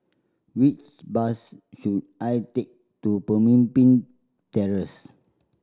which bus should I take to Pemimpin Terrace